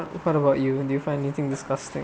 what about you do you find anything disgusting